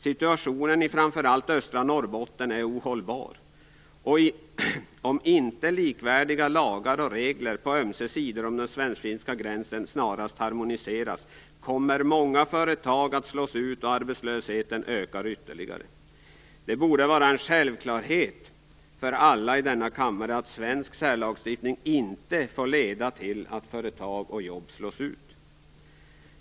Situationen i framför allt östra Norrbotten är ohållbar. Om likvärdiga lagar och regler på ömse sidor av den svensk-finska gränsen inte snarast harmoniseras kommer många företag att slås ut, och arbetslösheten kommer att öka ytterligare. Det borde vara en självklarhet för alla i denna kammare att svensk särlagstiftning inte får leda till att företag och jobb slås ut.